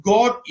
God